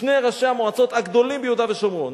שני ראשי המועצות הגדולות ביהודה ושומרון,